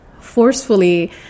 forcefully